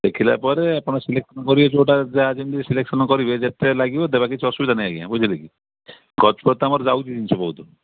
ଦେଖିଲା ପରେ ଆପଣ ସିଲେକ୍ସନ୍ କରିବେ ଯେଉଁଟା ଯାହା ଯେମିତି ସିଲେକ୍ସନ୍ କରିବେ ଯେତେ ଲାଗିବ ଦେବା କିଛି ଅସୁବିଧା ନାହିଁ ଆଜ୍ଞା ବୁଝିଲେ କି ଗଛ ତ ଆମର ଯାଉଛି ଜିନିଷ ବହୁତ